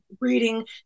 reading